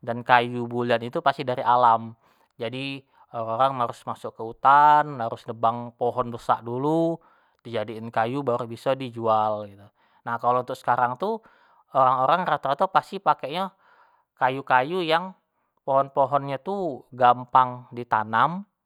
dan kayu bulian itu pasti dari alam, jadi orang-orang harus masuk ke hutan, harus nebang pohon besak dulu di jadiin kayu baru biso di jual gitu, nah kalo untuk sekarang tu orang-orang rato-rato pasti pakek nyo kayu-kayu yang pohon-pohon nyo gampang di tanam.